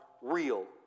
real